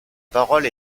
parole